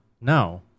No